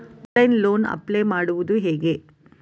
Online loan apply ಮಾಡುವುದು ಹೇಗೆ?